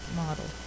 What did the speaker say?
model